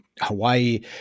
Hawaii